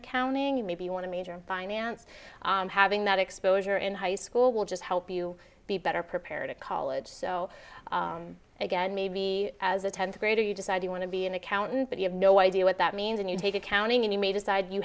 accounting maybe you want to major in finance having that exposure in high school will just help you be better prepared at college so again maybe as a tenth grader you decide you want to be an accountant but you have no idea what that means and you take accounting and you may decide you